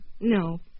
No